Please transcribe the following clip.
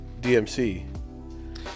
DMC